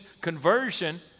conversion